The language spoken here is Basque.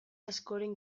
askoren